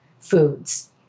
foods